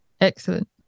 excellent